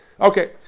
Okay